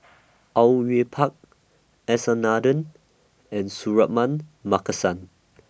Au Yue Pak S R Nathan and Suratman Markasan